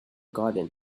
garden